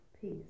peace